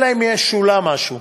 אלא אם שולם משהו.